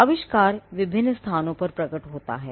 आविष्कार विभिन्न स्थानों में प्रकट होता है